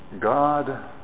God